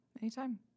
Anytime